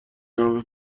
نوه